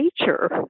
nature